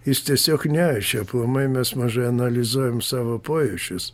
jis tiesiog nešė aplamai mes mažai analizuojam savo pojūčius